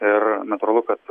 ir natūralu kad